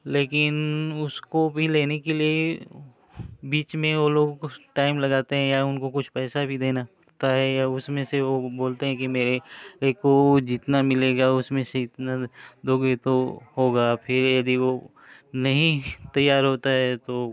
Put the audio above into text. लेकिन उसको भी लेने के लिए बीच में वह लोग कुछ टाइम लगाते हैं या उनको कुछ पैसा भी देना पड़ता है या उसमें से वह बोलते हैं कि मेरे को जितना मिलेगा उसमें से इतना दोगे तो होगा फिर यदि वह नहीं तैयार होता है तो